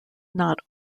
not